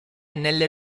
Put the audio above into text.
nel